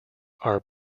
are